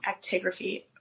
actigraphy